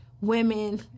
women